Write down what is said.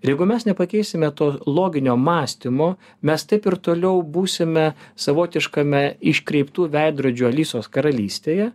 ir jeigu mes nepakeisime to loginio mąstymo mes taip ir toliau būsime savotiškame iškreiptų veidrodžių alisos karalystėje